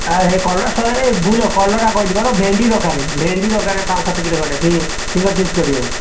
ହଁ ଇଏ କଲରା ଶହେ ଏ ଭୁଲରେ କଲରା କହିଲି କ'ଣ ଭେଣ୍ଡି ଦରକାରେ ଭେଣ୍ଡି ଦରକାରେ ପାଞ୍ଚ ସାତ କିଲୋ ଖଣ୍ଡେ ଫିଙ୍ଗର ଚିପ୍ସ କରିବାକୁ